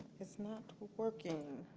it's not working.